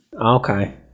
Okay